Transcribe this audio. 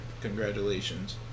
congratulations